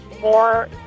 more